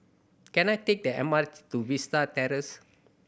can I take the M R T to Vista Terrace